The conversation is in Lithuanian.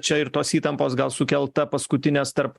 čia ir tos įtampos gal sukelta paskutinės tarp